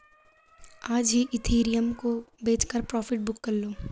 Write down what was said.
आज ही इथिरियम को बेचकर प्रॉफिट बुक कर लो